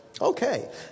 Okay